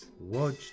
Watch